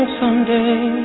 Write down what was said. someday